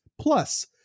Plus